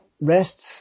rests